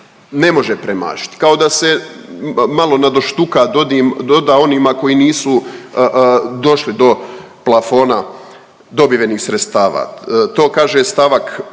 ne može premašiti, kao da se malo nadoštuka doda onima koji nisu došli do plafona dobivenih sredstava. To kaže st.